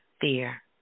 fear